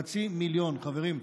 חברים,